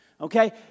Okay